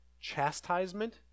chastisement